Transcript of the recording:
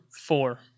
four